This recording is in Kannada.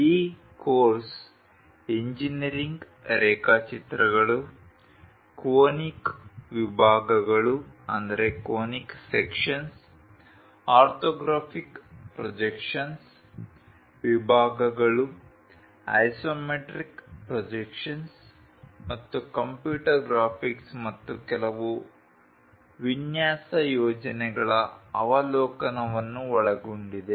ಈ ಕೋರ್ಸ್ ಇಂಜಿನೀರಿಂಗ್ ರೇಖಾಚಿತ್ರಗಳು ಕೋನಿಕ್ ವಿಭಾಗಗಳು ಆರ್ಥೋಗ್ರಾಫಿಕ್ ಪ್ರೊಜೆಕ್ಷನ್ಸ್ ವಿಭಾಗಗಳು ಐಸೊಮೆಟ್ರಿಕ್ ಪ್ರೊಜೆಕ್ಷನ್ಸ್ ಮತ್ತು ಕಂಪ್ಯೂಟರ್ ಗ್ರಾಫಿಕ್ಸ್ ಮತ್ತು ಕೆಲವು ವಿನ್ಯಾಸ ಯೋಜನೆಗಳ ಅವಲೋಕನವನ್ನು ಒಳಗೊಂಡಿದೆ